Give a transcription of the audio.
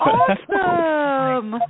awesome